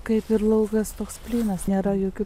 kaip ir laukas toks plynas nėra jokių